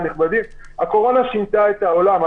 הקורונה שינתה את העולם.